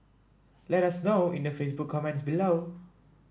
let us know in the Facebook comments below